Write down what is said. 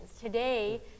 Today